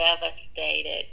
devastated